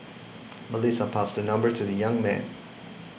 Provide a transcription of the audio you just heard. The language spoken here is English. Melissa passed her number to the young man